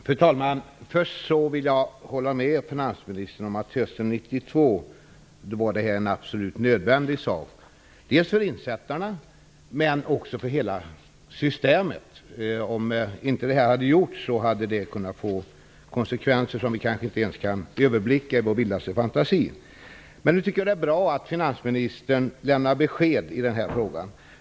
Fru talman! Jag håller med finansministern om att detta var absolut nödvändigt på hösten 1992, både för insättarna och för hela systemet. Om inte detta hade gjorts hade det kunnat få konsekvenser som vi i vår vildaste fantasi inte kan överblicka. Det är bra att finansministern lämnar besked i frågan.